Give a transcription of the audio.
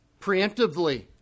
preemptively